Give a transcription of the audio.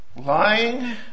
Lying